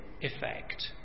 effect